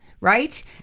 Right